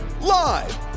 Live